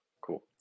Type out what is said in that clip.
Cool